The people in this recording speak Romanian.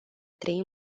trei